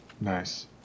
nice